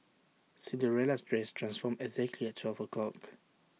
Cinderella's dress transformed exactly at twelve o'clock